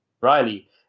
Riley